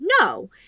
No